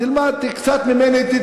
תלמד קצת ממני,